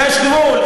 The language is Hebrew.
יש גבול.